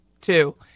two